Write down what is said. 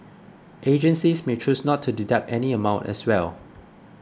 agencies may choose not to deduct any amount as well